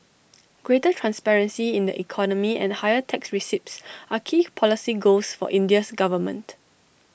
greater transparency in the economy and higher tax receipts are key policy goals for India's government